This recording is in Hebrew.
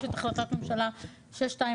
יש החלטת ממשלה 621,